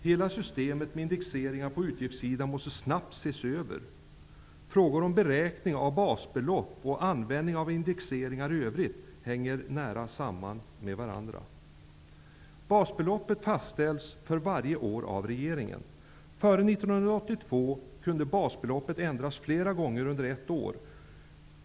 Hela systemet med indexeringar på utgiftssidan måste snabbt ses över. Frågor om beräkning av basbelopp och användningen av indexeringar i övrigt hänger nära samman med varandra. Före 1982 kunde basbeloppet ändras flera gånger under ett år.